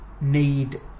need